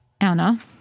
Anna